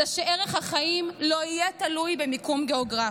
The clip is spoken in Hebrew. זה שערך החיים לא יהיה תלוי במיקום גיאוגרפי.